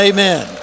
Amen